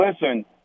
listen